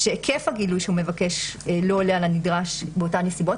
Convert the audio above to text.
שהיקף הגילוי שהוא מבקש לא עולה על הנדרש באותן נסיבות,